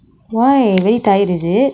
why very tired is it